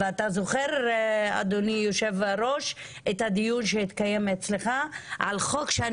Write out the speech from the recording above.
השתתפתי בכמה ישיבות ואני חייבת להודות על הנושאים,